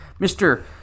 Mr